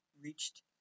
reached